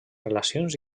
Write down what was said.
relacions